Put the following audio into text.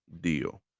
deal